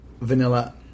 vanilla